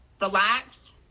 relax